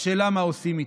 השאלה היא מה עושים איתו.